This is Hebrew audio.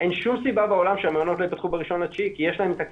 אין שום סיבה בעולם שהמעונות לא ייפתחו ב-1.9 כי יש להם את הכלים.